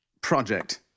project